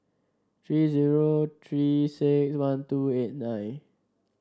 three zero Three six one two eight nine